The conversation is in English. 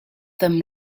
them